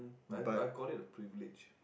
I I call it a privilege